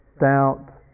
doubt